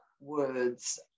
words